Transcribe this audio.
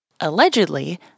allegedly